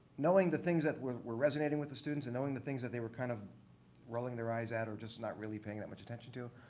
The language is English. knowing the things that were were resonating with the students and knowing the things that they were kind of rolling their eyes at or just not really paying that much attention to